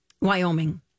Wyoming